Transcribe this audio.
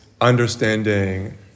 understanding